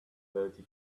thirty